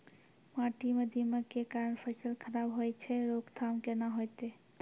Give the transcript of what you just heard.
माटी म दीमक के कारण फसल खराब होय छै, रोकथाम केना होतै?